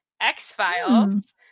X-Files